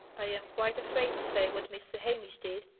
i am quite afraid to say what mr. hamish did,